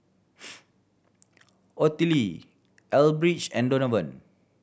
Ottilie Elbridge and Donovan